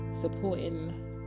supporting